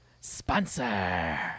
sponsor